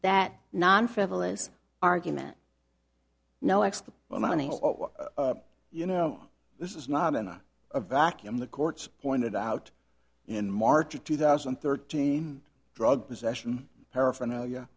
that non frivolous argument no x the omani you know this is not in a vacuum the courts pointed out in march of two thousand and thirteen drug possession paraphernalia